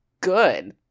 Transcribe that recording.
good